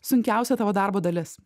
sunkiausia tavo darbo dalis